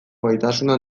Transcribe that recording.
gaitasuna